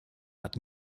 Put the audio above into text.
hat